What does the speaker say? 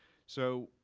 so,